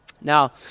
Now